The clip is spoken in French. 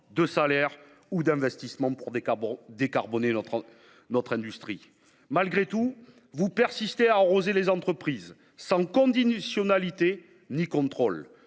de salaires ou d’investissements pour décarboner notre industrie ? Malgré tout, vous persistez à arroser les entreprises sans conditionnalité ni contrôle.